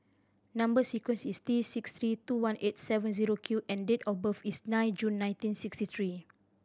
number sequence is T six three two eight one seven zero Q and date of birth is nine June nineteen sixty three